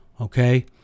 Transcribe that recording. okay